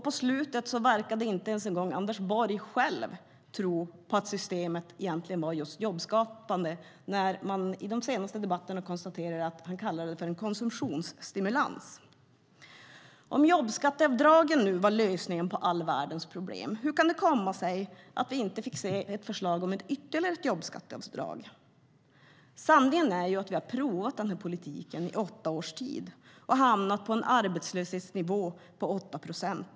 På slutet verkade inte ens Anders Borg själv tro på att systemet egentligen var just jobbskapande, då han i de senaste debatterna kallade det för en konsumtionsstimulans. Om jobbskatteavdragen var lösningen på all världens problem, hur kan det då komma sig att vi inte fick se ett förslag om ytterligare ett jobbskatteavdrag? Sanningen är att vi har prövat denna politik i åtta års tid och hamnat på en arbetslöshetsnivå på 8 procent.